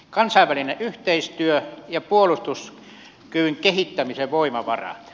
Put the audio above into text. kansainvälinen yhteistyö ja puolustuskyvyn kehittämisen voimavarat